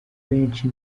benshi